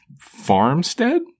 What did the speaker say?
farmstead